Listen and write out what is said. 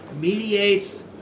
mediates